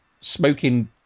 smoking